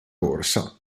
borsa